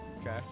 Okay